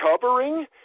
covering